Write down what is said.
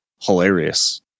Hilarious